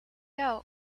out